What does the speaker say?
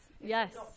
yes